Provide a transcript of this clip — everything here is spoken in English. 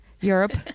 europe